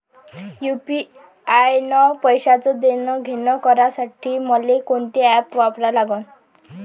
UPI न पैशाचं देणंघेणं करासाठी मले कोनते ॲप वापरा लागन?